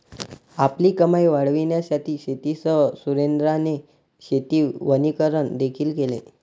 आपली कमाई वाढविण्यासाठी शेतीसह सुरेंद्राने शेती वनीकरण देखील केले